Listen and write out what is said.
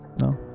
No